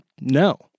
no